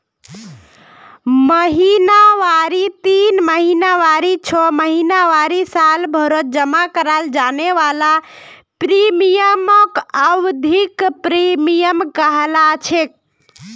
महिनावारी तीन महीनावारी छो महीनावारी सालभरत जमा कराल जाने वाला प्रीमियमक अवधिख प्रीमियम कहलाछेक